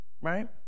right